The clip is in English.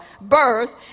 birth